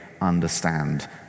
understand